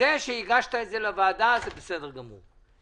זה שהגשת את זה לוועדה, זה בסדר גמור.